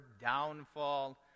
Downfall